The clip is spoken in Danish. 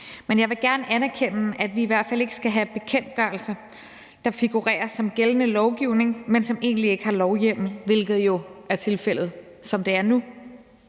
men jeg vil gerne anerkende, at vi i hvert fald ikke skal have bekendtgørelser, der figurerer som gældende lovgivning, men som egentlig ikke har lovhjemmel, hvilket jo er tilfældet, som det er nu.